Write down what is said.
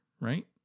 Right